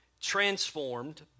transformed